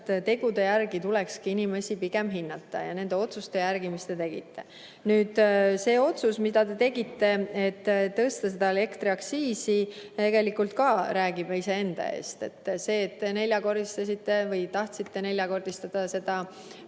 tegude järgi tulekski inimesi hinnata ja nende otsuste järgi, mis te tegite. Nüüd, see otsus, mille te tegite, et tõstame elektriaktsiisi, tegelikult ka räägib iseenda eest. See, et te tahtsite neljakordistada